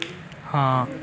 ਹਾਂ